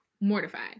mortified